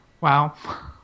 Wow